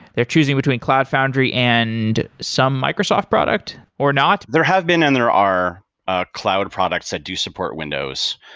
they're choosing between cloud foundry and some microsoft product, or not? there has been and there are ah cloud products that do support windows.